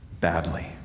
badly